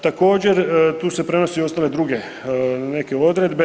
Također tu se prenosi i ostale druge neke odredbe.